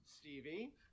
Stevie